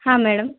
ಹಾಂ ಮೇಡಮ್